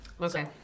Okay